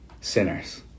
sinners